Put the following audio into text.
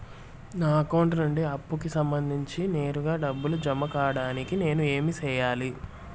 నా అకౌంట్ నుండి అప్పుకి సంబంధించి నేరుగా డబ్బులు జామ కావడానికి నేను ఏమి సెయ్యాలి?